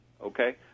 Okay